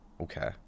okay